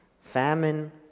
Famine